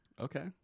okay